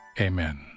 Amen